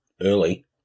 early